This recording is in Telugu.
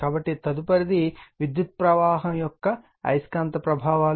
కాబట్టి తదుపరిది విద్యుత్ ప్రవాహం యొక్క అయస్కాంత ప్రభావాలు